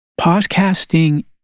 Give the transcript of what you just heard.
Podcasting